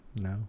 No